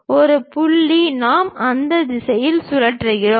ஒரு புள்ளி நாம் அந்த திசையில் சுழல்கிறோம்